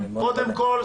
קודם כל,